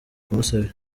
kumusebya